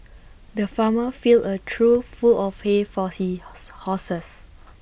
the farmer filled A trough full of hay for she horse horses